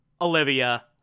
Olivia